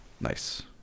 Nice